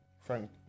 Frank